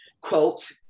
quote